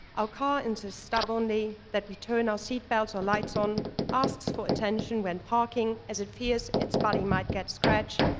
our car insists stubbornly that we turn our seat belts or lights on, asks for attention when parking, as it fears its body might get scratched,